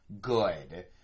Good